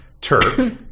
turk